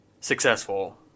successful